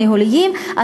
בתפקידים הניהוליים.